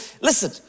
Listen